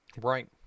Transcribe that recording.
Right